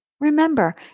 Remember